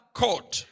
court